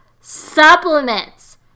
supplements